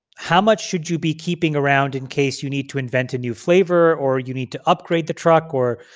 how much should you be keeping around in case you need to invent a new flavor or you need to upgrade the truck or,